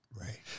Right